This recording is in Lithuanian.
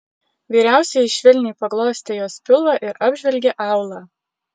vyriausioji švelniai paglostė jos pilvą ir apžvelgė aulą